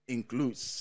includes